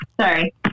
Sorry